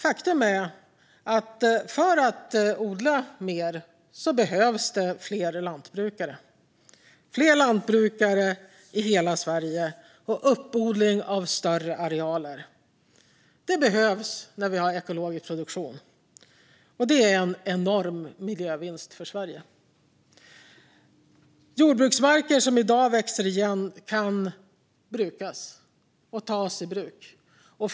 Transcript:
Faktum är att det behövs fler lantbrukare i hela Sverige och uppodling av större arealer för att man ska kunna odla mer. Det behövs när vi har ekologisk produktion, och det är en enorm miljövinst för Sverige. Jordbruksmarker som i dag växer igen kan tas i bruk.